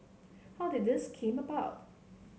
how did this come about